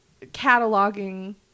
cataloging